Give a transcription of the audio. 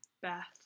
Beth